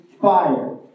fire